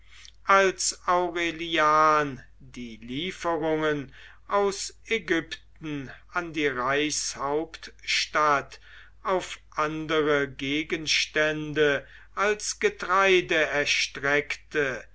als aurelian die lieferungen aus ägypten an die reichshauptstadt auf andere gegenstände als getreide erstreckte